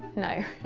no,